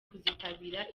kuzitabira